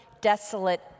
desolate